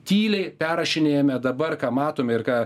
tyliai perrašinėjame dabar ką matome ir ką